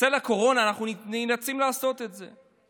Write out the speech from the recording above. בצל הקורונה אנחנו נאלצים לעשות את זה.